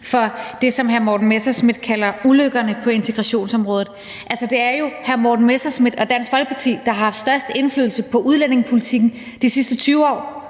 for det, som hr. Morten Messerschmidt kalder ulykkerne på integrationsområdet. Altså, det er jo hr. Morten Messerschmidt og Dansk Folkeparti, der har haft størst indflydelse på udlændingepolitikken de sidste 20 år.